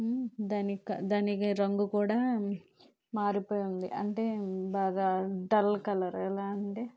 దాని క దాని రంగు కూడా మారిపోయి ఉంది అంటే బాగా డల్ కలరు ఎలా అంటే